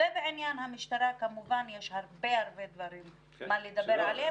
בעניין המשטרה, יש כמובן הרבה דברים לדבר עליהם.